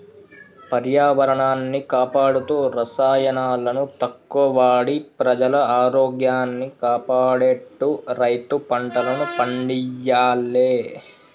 పర్యావరణాన్ని కాపాడుతూ రసాయనాలను తక్కువ వాడి ప్రజల ఆరోగ్యాన్ని కాపాడేట్టు రైతు పంటలను పండియ్యాలే